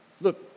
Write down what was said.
Look